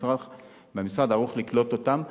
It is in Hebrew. והמשרד ערוך לקלוט אותם.